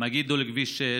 מגידו לכביש 6,